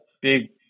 big